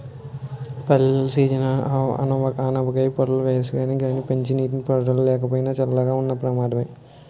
పెళ్ళిళ్ళ సీజనని ఆనపకాయ పాదులు వేసానే గానీ మంచినీటి పారుదల లేకపోయినా, చల్లగా ఉన్న ప్రమాదమే